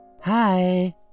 Hi